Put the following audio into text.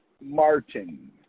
Martin